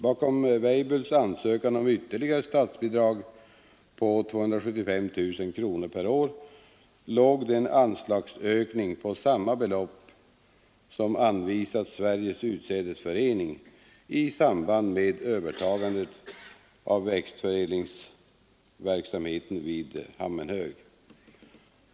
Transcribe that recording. Bakom Weibulls ansökan om ytterligare statsbidrag på 275 000 kronor per år låg den anslagsökning på samma belopp som anvisats Sveriges utsädesförening i samband med övertagandet av växtförädlingsverksamheten vid Hammenhög.